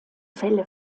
fälle